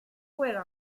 juega